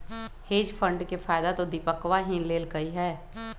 hedge fund के फायदा तो दीपकवा ही लेल कई है